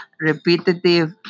repetitive